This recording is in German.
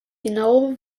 genau